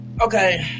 okay